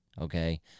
Okay